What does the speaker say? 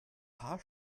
paar